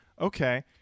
Okay